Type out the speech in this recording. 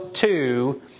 two